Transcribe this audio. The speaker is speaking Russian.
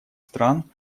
стран